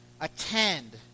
attend